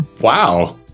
Wow